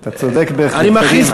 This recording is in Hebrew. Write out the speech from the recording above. אתה צודק בהחלט.